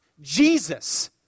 Jesus